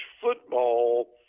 football